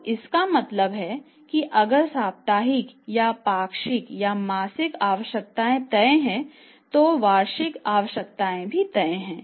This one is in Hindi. तो इसका मतलब है कि अगर साप्ताहिक या पाक्षिक या मासिक आवश्यकता तय है तो वार्षिक आवश्यकता भी तय है